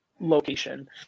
location